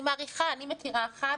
אני מכירה אחת,